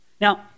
Now